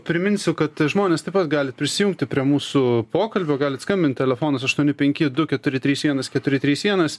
priminsiu kad žmonės taip pat gali prisijungti prie mūsų pokalbio galit skambint telefonas aštuoni penki du keturi trys vienas keturi trys vienas